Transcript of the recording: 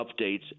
updates